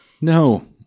No